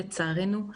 לצערנו,